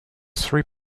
three